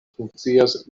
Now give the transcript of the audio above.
funkcias